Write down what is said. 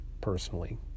personally